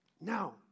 now